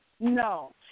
No